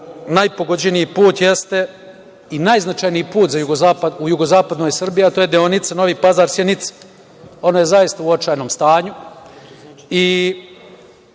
najpogođeniji put jeste i najznačajniji put u jugozapadnoj Srbiji, a to je deonica Novi Pazar–Sjenica. Ona je zaista u očajnom stanju i